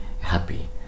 happy